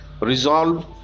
resolve